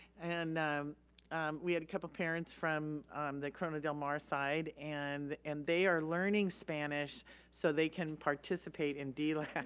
and we had a couple parents from the corona del mar side and and they are learning spanish so they can participate in delac.